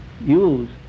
use